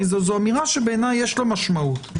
זו אמירה שבעיניי יש לה משמעות.